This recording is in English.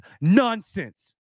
nonsense